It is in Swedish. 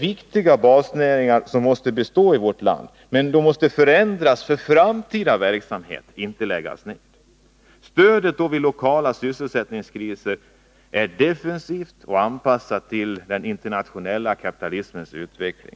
viktiga basnäringar i vårt land måste bestå. De måste förändras för framtida verksamhet — men inte läggas ned. Stödet vid lokala sysselsättningskriser är defensivt och anpassat till den internationella kapitalismens utveckling.